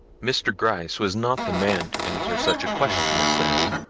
mr. gryce was not the man to answer such a question as that.